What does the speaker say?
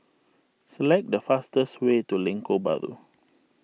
select the fastest way to Lengkok Bahru